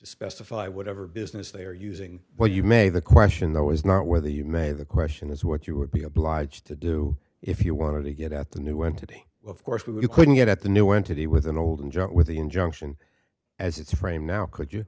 specify whatever business they are using what you may the question though is not whether you may the question is what you would be obliged to do if you want to get at the new entity of course we couldn't get at the new entity with an old and with the injunction as it's framed now could you